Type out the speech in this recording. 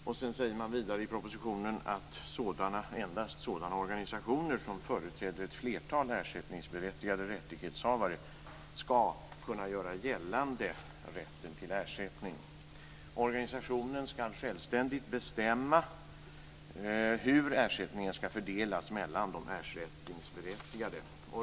Vidare säger man i propositionen att endast sådana organisationer som företräder ett flertal ersättningsberättigade rättighetshavare skall kunna göra gällande rätten till ersättning. Organisationen skall självständigt bestämma hur ersättningen skall fördelas mellan de ersättningsberättigade.